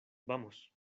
vamos